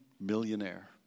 millionaire